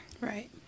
Right